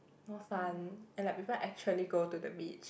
more fun and like people actually go to the beach